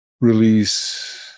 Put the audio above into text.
release